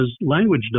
language